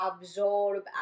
absorb